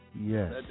Yes